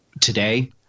today